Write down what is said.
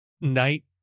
Night